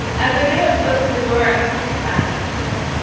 as i get up close to the door, i see this sign next to it.